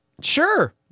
Sure